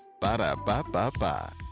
Ba-da-ba-ba-ba